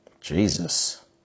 jesus